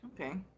Okay